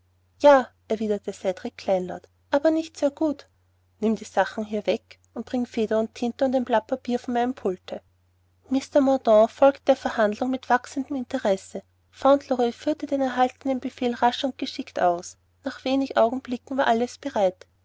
ja erwiderte cedrik kleinlaut aber nicht sehr gut nimm die sachen hier weg und bring feder und tinte und ein blatt papier von meinem pulte mr mordaunt folgte der verhandlung mit wachsendem interesse fauntleroy führte den erhaltenen befehl rasch und geschickt aus nach wenig augenblicken war alles bereit